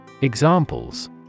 Examples